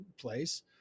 place